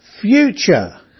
future